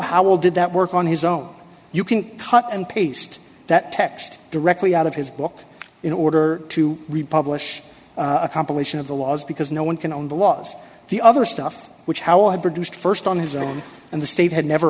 howell did that work on his own you can cut and paste that text directly out of his book in order to read publish a compilation of the laws because no one can own the was the other stuff which howell had produced st on his own and the state had never